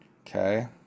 Okay